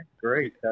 great